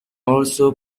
also